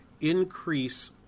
increase